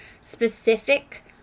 specific